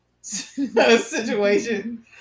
situation